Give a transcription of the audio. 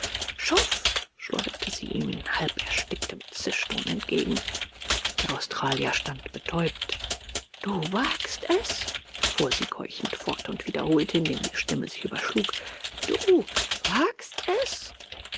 schuft schleuderte sie ihm in halbersticktem zischton entgegen der australier stand betäubt du wagst es fuhr sie keuchend fort und wiederholte indem die stimme sich überschlug du wagst es